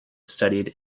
studied